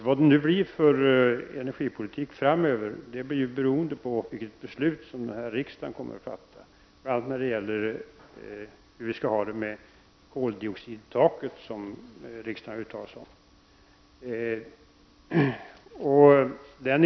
Vad det blir för energipolitik framöver blir beroende av vilket beslut den här riksdagen kommer att fatta, bl.a. när det gäller hur vi skall ha det med koldioxidtaket, som riksdagen har uttalat sig om.